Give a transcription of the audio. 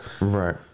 Right